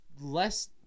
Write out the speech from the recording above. Less